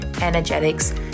energetics